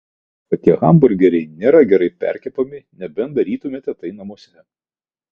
juolab kad tie hamburgeriai nėra gerai perkepami nebent darytumėte tai namuose